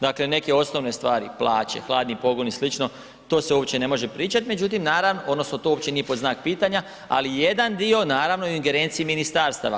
Dakle, neke osnovne stvari plaće, hladni pogon i sl. to se uopće ne može pričat, međutim odnosno to uopće nije pod znak pitanja, ali jedan dio naravno je u ingerenciji ministarstava.